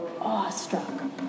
awestruck